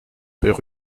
père